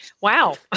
Wow